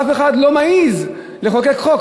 ואף אחד לא מעז לחוקק חוק.